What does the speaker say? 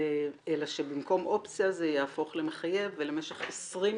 אלא שבמקום אופציה זה יהפוך למחייב ולמשך 20